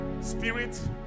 spirit